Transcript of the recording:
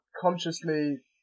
consciously